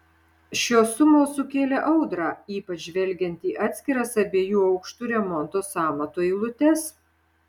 šios sumos sukėlė audrą ypač žvelgiant į atskiras abiejų aukštų remonto sąmatų eilutes